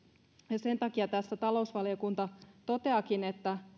ja sen takia tässä talousvaliokunta toteaakin että